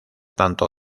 tanto